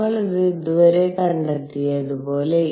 നമ്മൾ ഇത് ഇതുവരെ കണ്ടെത്തിയതുപോലെ